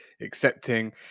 accepting